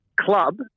club